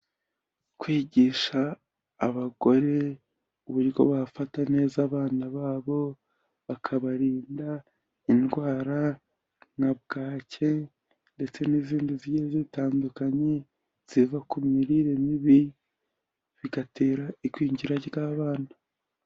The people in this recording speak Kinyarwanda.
Kwigisha abagore uburyo bafata neza abana babo, bakabarinda indwara nka bwacye ndetse n'izindi zigiye zitandukanye ziva ku mirire mibi, bigatera igwingira ry'abana.